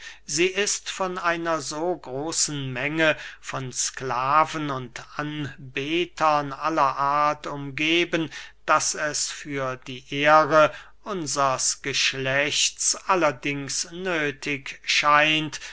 sie ist von einer so großen menge von sklaven und anbetern aller art umgeben daß es für die ehre unsers geschlechtes allerdings nöthig scheint